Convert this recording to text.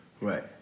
Right